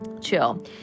chill